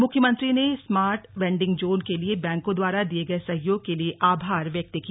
मुख्यमंत्री ने smart vending zone के लिए बैंकों द्वारा दिए गए सहयोग के लिए आभार व्यक्त किया